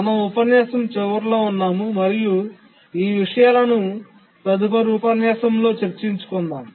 మనం ఉపన్యాసం చివరలో ఉన్నాము మరియు ఈ విషయాలను తదుపరి ఉపన్యాసంలో చర్చించుకుందాము